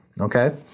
okay